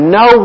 no